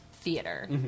theater